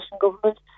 government